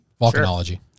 Volcanology